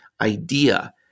idea